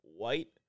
white